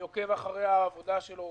כחבר הוועדה אני עוקב אחרי העבודה שלו